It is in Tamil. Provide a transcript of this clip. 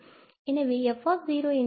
எனவே f என்றால் என்ன